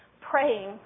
praying